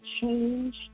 change